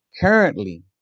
Currently